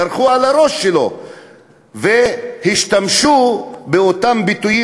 דרכו על הראש שלו והשתמשו באותם ביטויים